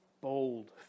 bold